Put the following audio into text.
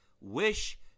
Wish